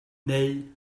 neu